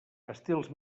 estils